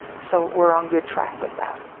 so we're on good track with that.